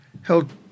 held